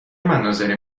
مناظری